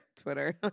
Twitter